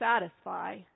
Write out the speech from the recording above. satisfy